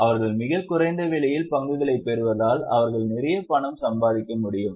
அவர்கள் மிகக் குறைந்த விலையில் பங்குகளைப் பெறுவதால் அவர்கள் நிறைய பணம் சம்பாதிக்க முடியும்